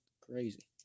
crazy